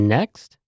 Next